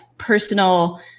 personal